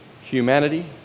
humanity